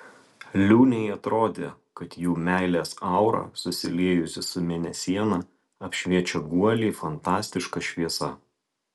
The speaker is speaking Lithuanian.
liūnei atrodė kad jų meilės aura susiliejusi su mėnesiena apšviečia guolį fantastiška šviesa